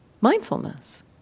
mindfulness